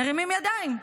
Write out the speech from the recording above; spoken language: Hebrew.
מרימים ידיים,